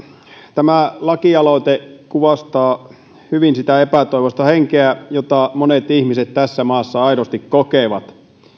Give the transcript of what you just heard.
tämä lakialoite kuvastaa hyvin sitä epätoivoista henkeä jota monet ihmiset tässä maassa aidosti kokevat